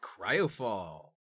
Cryofall